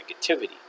negativity